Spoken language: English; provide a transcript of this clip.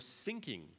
sinking